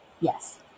Yes